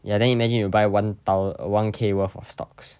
ya then imagine you buy one thou~ one K worth of stocks